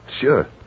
Sure